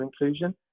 inclusion